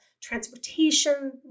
transportation